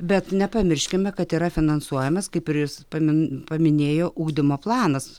bet nepamirškime kad yra finansuojamas kaip ir jis pamin paminėjo ugdymo planas